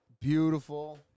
Beautiful